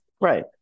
right